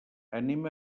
anem